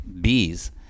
bees